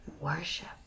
worship